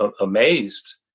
Amazed